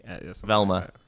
Velma